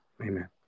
amen